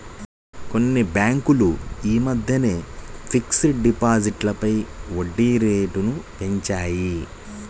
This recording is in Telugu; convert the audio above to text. కొన్ని బ్యేంకులు యీ మద్దెనే ఫిక్స్డ్ డిపాజిట్లపై వడ్డీరేట్లను పెంచాయి